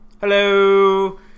Hello